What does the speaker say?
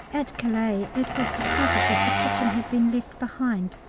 at calais it was discovered that the kitchen had been left behind,